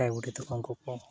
ᱫᱷᱟᱹᱭ ᱵᱩᱰᱷᱤ ᱛᱟᱠᱚ ᱩᱱᱠᱩ ᱠᱚ